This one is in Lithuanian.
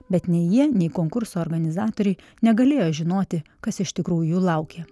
bet nei jie nei konkurso organizatoriai negalėjo žinoti kas iš tikrųjų jų laukė